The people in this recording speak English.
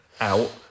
Out